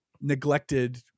neglected